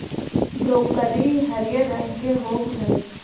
broccoli हरियर रंग के होब हई